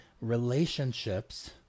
relationships